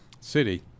City